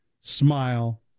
smile